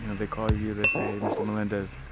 you know they call you. they say, hey, mr. melendez,